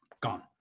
Gone